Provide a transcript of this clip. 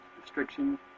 restriction